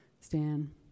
Stan